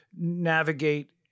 navigate